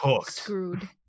screwed